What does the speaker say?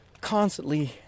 constantly